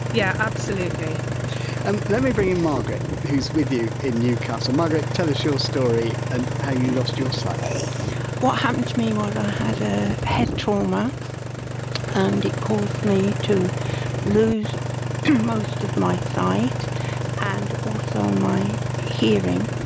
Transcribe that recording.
yeah absolutely and let me bring in margaret, who's with you in newcastle. margaret, tell us your story and how you lost your sight what happened to me was i had a head trauma and it caused me to lose most of my sight and also my hearing.